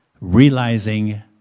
realizing